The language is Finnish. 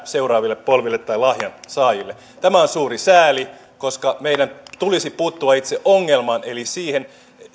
seuraaville polville tai lahjansaajille tämä on suuri sääli koska meidän tulisi puuttua itse ongelmaan eli siihen